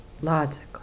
logically